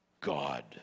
God